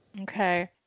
Okay